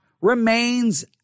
remains